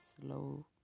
slow